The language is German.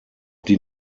die